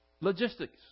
logistics